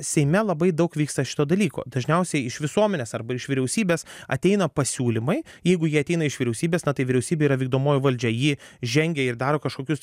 seime labai daug vyksta šito dalyko dažniausiai iš visuomenės arba iš vyriausybės ateina pasiūlymai jeigu jie ateina iš vyriausybės na tai vyriausybė yra vykdomoji valdžia ji žengia ir daro kažkokius